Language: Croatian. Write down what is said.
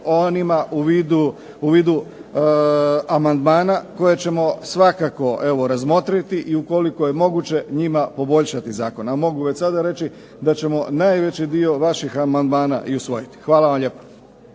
u vidu amandmana koje ćemo svakako razmotriti i ukoliko je moguće njima poboljšati Zakon. A mogu već sada reći da ćemo najveći dio vaših amandmana usvojiti. Hvala lijepa.